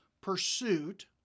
pursuit